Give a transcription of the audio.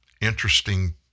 interesting